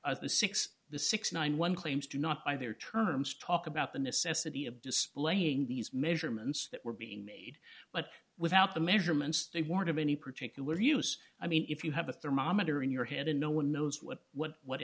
and ninety one claims to not by their terms talk about the necessity of displaying these measurements that were being made but without the measurements they weren't of any particular use i mean if you have a thermometer in your head and no one knows what what what